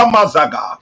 Mazaga